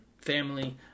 family